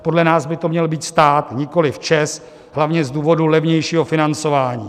Podle nás by to měl být stát, nikoliv ČEZ, hlavně z důvodu levnějšího financování.